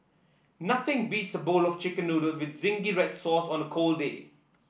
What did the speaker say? nothing beats a bowl of chicken noodles with zingy red sauce on a cold day